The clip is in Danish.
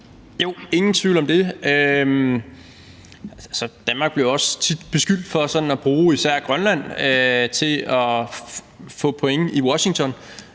Jo, ingen tvivl om det. Danmark bliver jo også tit beskyldt for sådan at bruge især Grønland til at få point i Washington,